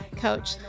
coach